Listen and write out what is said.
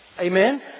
Amen